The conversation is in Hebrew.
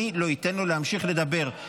אני לא אתן לו להמשיך לדבר.